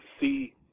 see